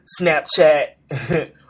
Snapchat